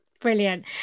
Brilliant